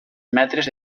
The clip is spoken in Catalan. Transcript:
metres